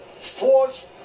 forced